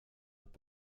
att